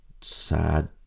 sad